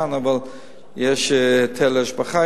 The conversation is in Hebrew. אבל יש היטל השבחה,